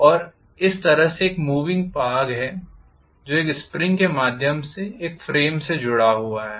और इस तरह से एक मूविंग भाग है जो एक स्प्रिंग के माध्यम से एक फ्रेम से जुड़ा हुआ है